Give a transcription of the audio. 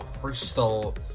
crystal